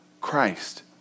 Christ